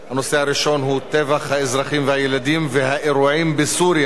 טבח האזרחים והילדים והאירועים בסוריה,